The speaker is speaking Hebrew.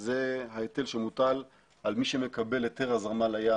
זה ההיטל שמוטל על מי שמקבל היתר הזרמה לים